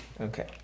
Okay